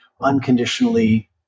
unconditionally